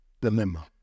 dilemma